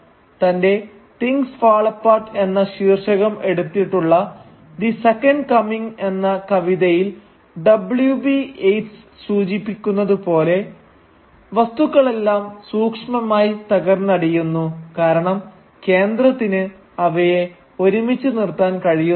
തന്റെ things fall apart എന്ന ശീർഷകം എടുത്തിട്ടുള്ള ദി സെക്കൻഡ് കമിങ് എന്ന കവിതയിൽ ഡബ്ലിയു ബി യേറ്റ്സ് സൂചിപ്പിക്കുന്നത് പോലെ വസ്തുക്കളെല്ലാം സൂക്ഷ്മമായി തകർന്നടിയുന്നു കാരണം കേന്ദ്രത്തിന് അവയെ ഒരുമിച്ചു നിർത്താൻ കഴിയുന്നില്ല